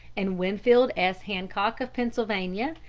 and winfield s. hancock, of pennsylvania,